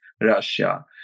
Russia